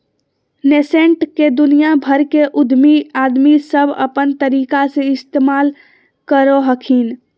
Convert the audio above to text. nascent के दुनिया भर के उद्यमी आदमी सब अपन तरीका से इस्तेमाल करो हखिन